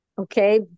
Okay